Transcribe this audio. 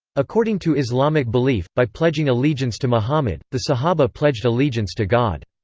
according to islamic belief, by pledging allegiance to muhammad, the sahabah pledged allegiance to god.